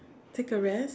take a rest